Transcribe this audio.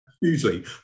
usually